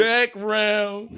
Background